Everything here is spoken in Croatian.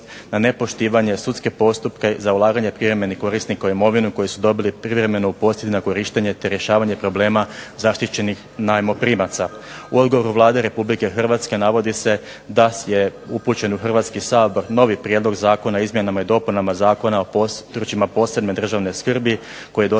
na nepoštivanje sudske postupke za ulaganje privremenih korisnika u imovinu koji su dobili privremenu u posjed na korištenje te rješavanje problema zaštićenih najmoprimaca. U odgovoru Vlade Republike Hrvatske navodi se da je upućen u Hrvatski sabor novi prijedlog Zakona o izmjenama i dopunama Zakona o područjima posebne državne skrbi, koji je